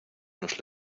nos